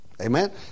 Amen